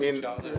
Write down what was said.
מי נמנע?